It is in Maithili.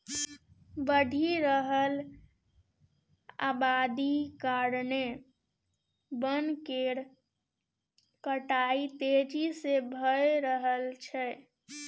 बढ़ि रहल अबादी कारणेँ बन केर कटाई तेजी से भए रहल छै